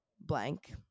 blank